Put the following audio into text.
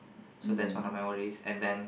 so that's one of my worries and then